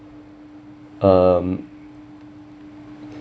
um